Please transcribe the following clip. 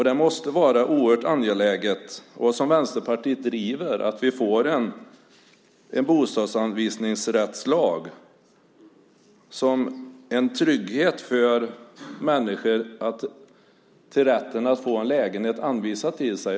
Det måste vara oerhört angeläget, och som Vänsterpartiet driver, att vi får en bostadsanvisningsrättslag som en trygghet för människor när det gäller rätten att få en lägenhet anvisad till sig.